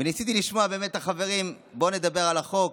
וניסיתי לשמוע באמת את החברים: בואו נדבר על החוק,